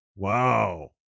Wow